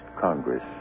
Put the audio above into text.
Congress